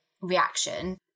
reaction